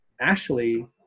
Ashley